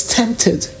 tempted